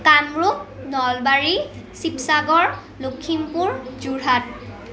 Kamrup Nalbari Sivasagar Lakhimpur Jorhat